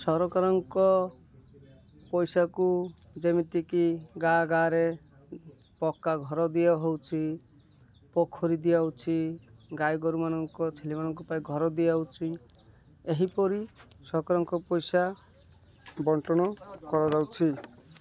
ସରକାରଙ୍କ ପଇସାକୁ ଯେମିତିକି ଗାଁ ଗାଁରେ ପକ୍କା ଘର ଦିଆହେଉଛି ପୋଖରୀ ଦିଆ ହେଉଛି ଗାଈ ଗୋରୁମାନଙ୍କ ଛେଳିମାନଙ୍କ ପାଇଁ ଘର ଦିଆ ହେଉଛି ଏହିପରି ସରକାରଙ୍କ ପଇସା ବଣ୍ଟନ କରାଯାଉଛି